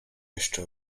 jeszcze